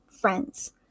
friends